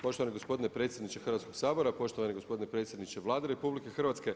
Poštovani gospodine predsjedniče Hrvatskoga sabora, poštovani gospodine predsjedniče Vlade RH.